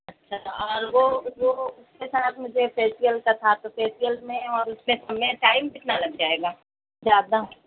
اچھا اچھا اور وہ وہ اُس کے ساتھ مجھے فیشیل کا تھا تو فیشیل میں اور اُس میں سب میں ٹائم کتنا لگ جائے گا زیادہ